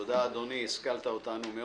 תודה, אדוני, השכלת אותנו מאוד.